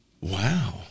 Wow